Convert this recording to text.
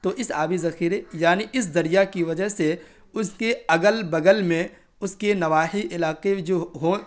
تو اس آبی ذخیرے یعنی اس دریا کی وجہ سے اس کے اگل بغل میں اس کے نواحی علاقے جو